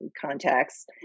contacts